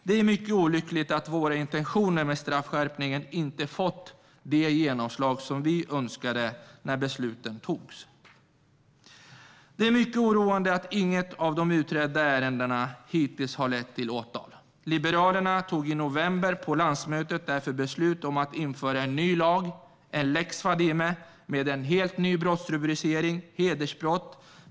Det är mycket olyckligt att våra intentioner med straffskärpningen inte har fått det genomslag vi önskade. Det är mycket oroande att inget av de utredda ärendena hittills har lett till åtal. Liberalerna tog därför beslut på landsmötet i november om att införa en ny lag, en lex Fadime, med en helt ny brottsrubricering: hedersbrott.